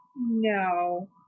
no